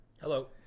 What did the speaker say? Hello